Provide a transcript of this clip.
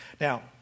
Now